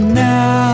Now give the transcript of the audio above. now